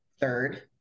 third